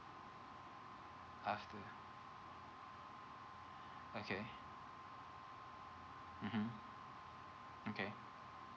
after okay mmhmm okay